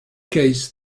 case